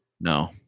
No